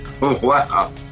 Wow